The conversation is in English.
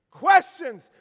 Questions